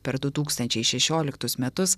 per du tūkstančiai šešioliktus metus